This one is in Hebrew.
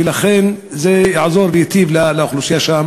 ולכן זה יעזור וייטיב לאוכלוסייה שם.